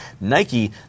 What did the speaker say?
Nike